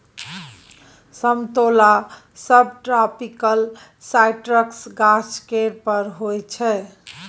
समतोला सबट्रापिकल साइट्रसक गाछ केर फर होइ छै